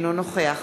אינו נוכח